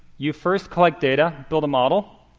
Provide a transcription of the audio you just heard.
you first collect data, build a model.